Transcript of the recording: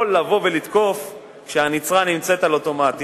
לא לבוא ולתקוף כשהנצרה נמצאת על אוטומטי,